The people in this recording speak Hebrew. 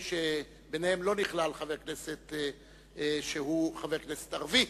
וביניהם לא נכלל חבר כנסת שהוא חבר כנסת ערבי,